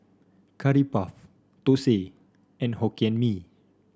Curry Puff thosai and Hokkien Mee